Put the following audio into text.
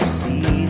see